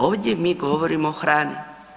Ovdje mi govorimo o hrani.